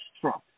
Trump